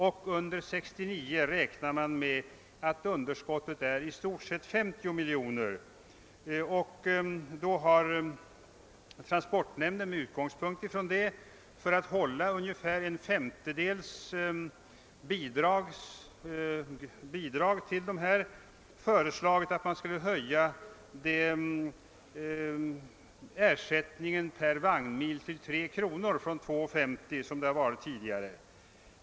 Under 1969 räknar man med att underskottet är i stort sett 50 miljoner kronor. Statens transportnämnd har med utgångspunkt i detta och för att hålla en dryg femtedel i bidrag föreslagit att man skulle höja ersättningen per vagnmil till 3 kronor från 2 kronor 50 öre som utgått tidigare.